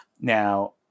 Now